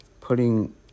putting